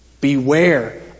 Beware